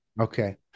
Okay